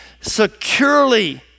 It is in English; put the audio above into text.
securely